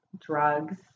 drugs